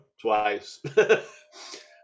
twice